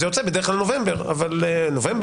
זה יוצא בדרך כלל נובמבר או אוקטובר,